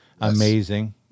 amazing